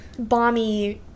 bomby